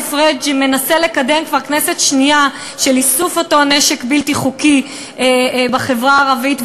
פריג' מנסה לקדם כבר כנסת שנייה את איסופו בחברה הערבית,